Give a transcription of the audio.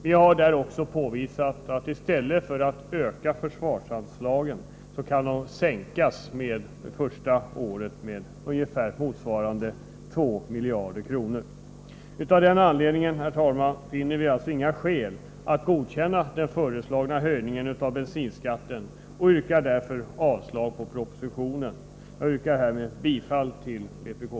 Vi har i motionerna också påvisat att försvarsanslagen i stället för att ökas kan sänkas, första året med ungefär 2 miljarder kronor. Av denna anledning finner vi, herr talman, inga skäl att godkänna den föreslagna höjningen av bensinskatten och yrkar därför avslag på propositionen. Jag yrkar härmed bifall till vpk-motionen.